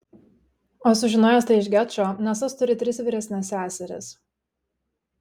o sužinojęs tai iš gečo nes tas turi tris vyresnes seseris